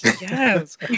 Yes